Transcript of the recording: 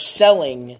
selling